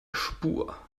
spur